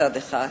מצד אחד,